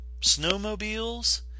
snowmobiles